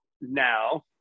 now